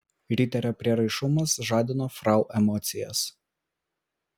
riterio prieraišumas žadino frau emocijas